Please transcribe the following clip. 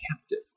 captive